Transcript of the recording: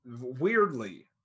weirdly